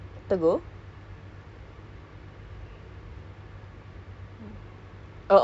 all the time like you see people right you don't have to tegur [what] because you don't know they don't realise that it's you you know